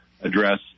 address